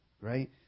right